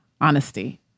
honesty